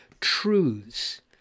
truths